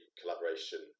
collaboration